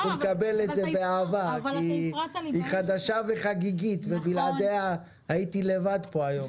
אנחנו נקבל את זה באהבה כי היא חדשה וחגיגית ובלעדיה הייתי פה לבד,